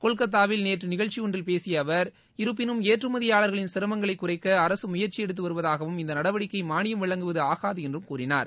கொல்கத்தாவில் நேற்று நிகழ்ச்சி ஒன்றில் பேசிய அவர் இருப்பினும் ஏற்றுமதியாளர்களின் சிரமங்களைக் குறைக்க அரசு முயற்சி எடுத்து வருவதாகவும் இந்த நடவடிக்கை மாளியம் வழங்குவது ஆகாது என்றும் கூறினார்